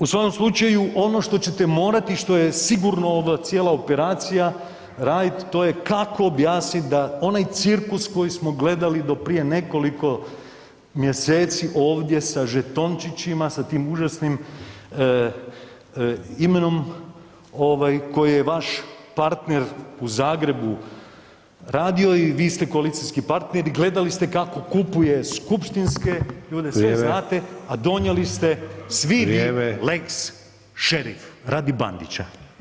U svakom slučaju ono što ćete morati i što je sigurno ova cijela operacija … to je kako objasnit da onaj cirkus koji smo gledali do prije nekoliko mjeseci ovdje sa žetončićima, sa tim užasnim imenom koje je vaš partner u Zagrebu radio i vi ste koalicijski partner i gledali ste kako kupuje skupštinske ljude, sve znate, a donijeli ste svi vi lex šerif radi Bandića.